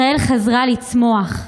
ישראל חזרה לצמוח.